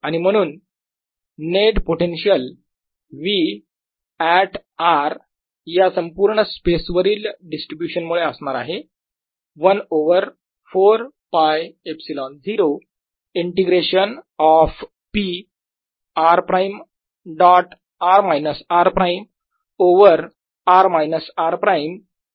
आणि म्हणून net potential V at r या संपूर्ण स्पेस वरील डिस्ट्रीब्यूशन मुळे असणार आहे 1 over 4πε0 integration of P r prime dot r minus r prime over r minus r prime cube dv